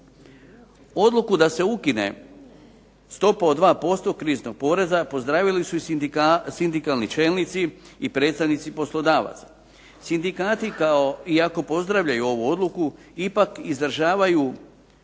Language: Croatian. Odluku da se ukine stopa od 2% kriznog poreza pozdravili su i sindikalni čelnici i predstavnici poslodavaca. Sindikati kao iako pozdravljaju ovu odluku ipak izražavaju